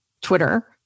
Twitter